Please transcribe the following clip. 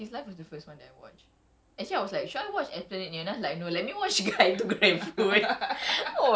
ya so that's the thing right I was like !wow! I didn't know that tiktok ada live firstly so then like his live was the first one that I watched